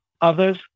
others